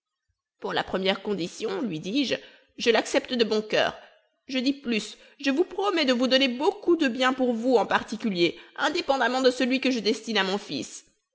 pour la première condition lui dis-je je l'accepte de bon coeur je dis plus je vous promets de vous donner beaucoup de bien pour vous en particulier indépendamment de celui que je destine à mon fils